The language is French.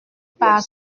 par